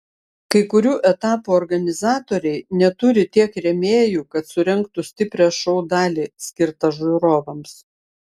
kai kurių etapų organizatoriai neturi tiek rėmėjų kad surengtų stiprią šou dalį skirtą žiūrovams